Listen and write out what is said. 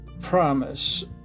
promise